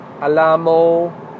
Alamo